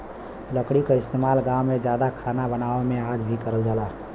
लकड़ी क इस्तेमाल गांव में जादा खाना बनावे में आज भी करल जाला